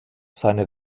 seine